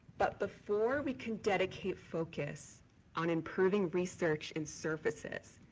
but before we can dedicate focus on improving research in services,